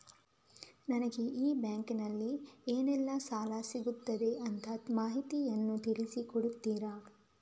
ನನಗೆ ಈ ಬ್ಯಾಂಕಿನಲ್ಲಿ ಏನೆಲ್ಲಾ ಸಾಲ ಸಿಗುತ್ತದೆ ಅಂತ ಮಾಹಿತಿಯನ್ನು ತಿಳಿಸಿ ಕೊಡುತ್ತೀರಾ?